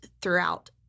throughout